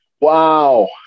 Wow